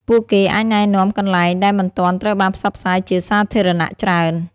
ពួកគេអាចណែនាំកន្លែងដែលមិនទាន់ត្រូវបានផ្សព្វផ្សាយជាសាធារណៈច្រើន។